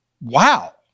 Wow